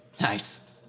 Nice